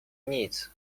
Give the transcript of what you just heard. nic